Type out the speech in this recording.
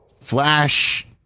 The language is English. flash